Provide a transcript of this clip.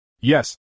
Yes